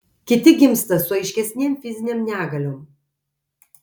kiti gimsta su aiškesnėm fizinėm negaliom